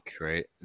right